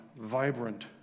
vibrant